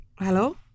Hello